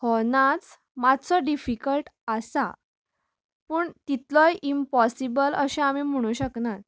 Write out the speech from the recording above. हो नाच मात्सो डिफीकल्ट आसा पूण तितलोय इंम्पाेसीबल अशें आमी म्हुणू शकनात